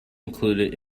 included